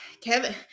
Kevin